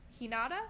hinata